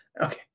okay